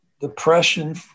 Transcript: depression